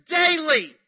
daily